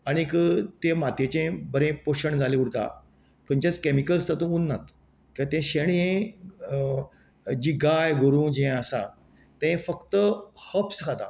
आनीक तें मातयेचे बरें पोशण जाल्लें उरता खंयचेंच कॅमिकल्स तातूंत उरनात कारण शेण हे जी गाय गोरूं जे आसा ते फक्त हब्स खाता